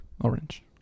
Orange